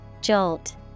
Jolt